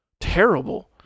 terrible